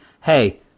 hey